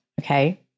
Okay